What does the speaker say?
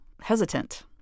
hesitant